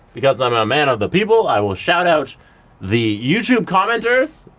because i'm a man of the people, i will shout out the youtube commenters.